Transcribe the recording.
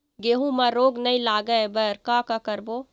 गेहूं म रोग नई लागे बर का का करबो?